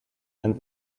and